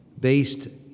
based